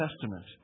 Testament